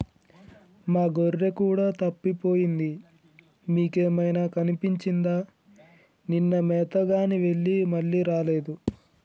మా గొర్రె కూడా తప్పిపోయింది మీకేమైనా కనిపించిందా నిన్న మేతగాని వెళ్లి మళ్లీ రాలేదు